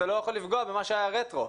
אבל זה לא יכול לפגוע במה שהיה רטרואקטיבית.